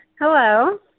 Hello